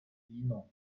diener